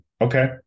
Okay